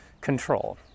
control